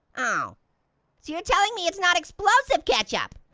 oh, so you're telling me it's not explosive ketchup.